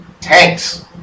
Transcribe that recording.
Tanks